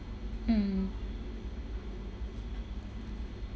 mm